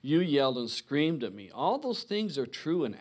you yelled and screamed at me all those things are true an